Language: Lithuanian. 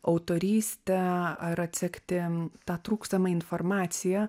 autorystę ar atsekti tą trūkstamą informaciją